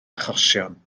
achosion